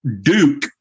Duke